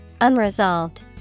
Unresolved